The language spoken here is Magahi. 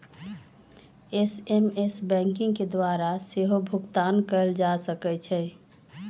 एस.एम.एस बैंकिंग के द्वारा सेहो भुगतान कएल जा सकै छै